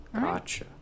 Gotcha